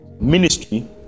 ministry